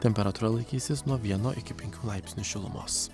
temperatūra laikysis nuo vieno iki penkių laipsnių šilumos